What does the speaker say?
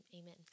amen